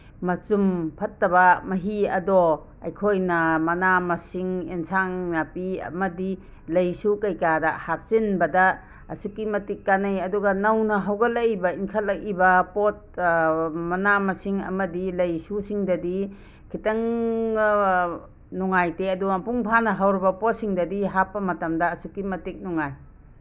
ꯃꯆꯨꯝ ꯐꯠꯇꯕ ꯃꯍꯤ ꯑꯗꯣ ꯑꯩꯈꯣꯏꯅ ꯃꯅꯥ ꯃꯁꯤꯡ ꯑꯦꯟꯁꯥꯡ ꯅꯥꯄꯤ ꯑꯃꯗꯤ ꯂꯩꯁꯨ ꯀꯩꯀꯥꯗ ꯍꯥꯞꯆꯤꯟꯕꯗ ꯑꯁꯨꯛꯀꯤ ꯃꯇꯤꯛ ꯀꯥꯅꯩ ꯑꯗꯨꯒ ꯅꯧꯅ ꯍꯧꯒꯠꯂꯛꯏꯕ ꯏꯟꯈꯠꯂꯛꯏꯕ ꯄꯣꯠ ꯃꯅꯥ ꯃꯁꯤꯡ ꯑꯃꯗꯤ ꯂꯩꯁꯨꯁꯤꯡꯗꯗꯤ ꯈꯤꯇꯪꯒ ꯅꯨꯡꯉꯥꯏꯇꯦ ꯑꯗꯨꯒ ꯃꯄꯨꯡ ꯐꯥꯅ ꯍꯧꯔꯕ ꯄꯣꯠꯁꯤꯡꯗꯗꯤ ꯍꯥꯞꯄ ꯃꯇꯝꯗ ꯑꯁꯨꯛꯀꯤ ꯃꯇꯤꯛ ꯅꯨꯡꯉꯥꯏ